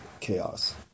chaos